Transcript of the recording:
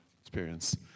experience